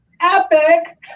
epic